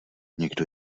někdo